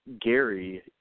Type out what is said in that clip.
Gary